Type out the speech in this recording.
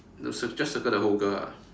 no cir~ just circle the whole girl ah